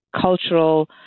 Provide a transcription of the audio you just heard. cultural